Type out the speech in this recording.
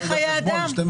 ההסמכה והפיקוח בתוך